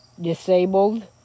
disabled